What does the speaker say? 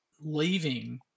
leaving